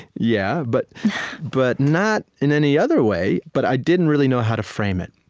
yeah, but but not in any other way. but i didn't really know how to frame it.